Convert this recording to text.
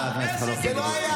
אלה גיבורים, איזה גיבורים?